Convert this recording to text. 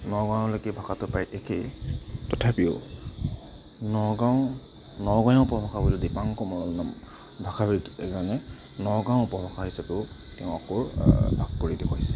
নগাঁওলৈকে ভাষাটো প্ৰায় একেই তথাপিও নগাঁও নগঞা উপভাষা দিপাংকৰ কমল নামৰ ভাষাবিদ এজনে নগাঁও উপভাষা হিচাপেও তেওঁ আকৌ ভাগ কৰি দেখুৱাইছে